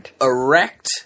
erect